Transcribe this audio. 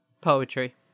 Poetry